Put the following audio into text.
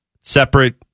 separate